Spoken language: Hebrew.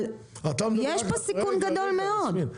אבל יש פה סיכון גדול מאוד.